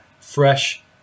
fresh